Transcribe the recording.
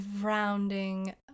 rounding